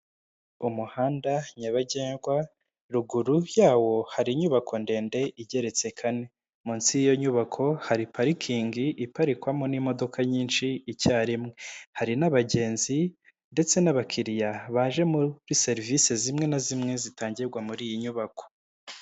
Umuhanda nyabagendwa, ruguru yawo hari inyubako ndende igeretse kane. Munsi y'iyo nyubako hari parikingi iparikwamo n'imodoka nyinshi icyarimwe. Hari n'abagenzi ndetse n'abakiriya baje muri serivisi zimwe na zimwe zitangirwa muri iyi nyubako.